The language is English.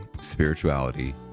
spirituality